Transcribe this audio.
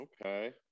Okay